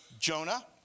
Jonah